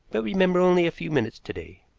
but remember, only a few minutes to-day.